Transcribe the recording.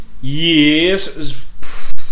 Yes